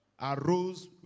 Arose